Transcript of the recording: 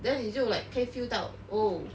then 你就 like 可以 feel 到 oh